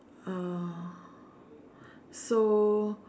uh so